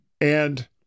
And-